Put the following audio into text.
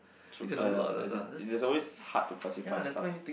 true !aiya! as in it there is always hard to classify stuff